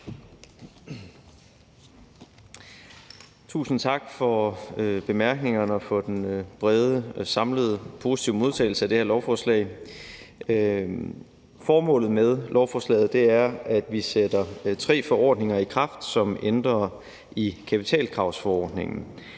Tusind tak for bemærkningerne og for den brede, samlede positive modtagelse af det her lovforslag. Formålet med lovforslaget er, at vi sætter tre forordninger i kraft, som ændrer i kapitalkravsforordningen.